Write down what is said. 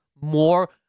more